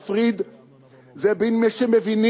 הקו המפצל והמפריד זה בין מי שמבינים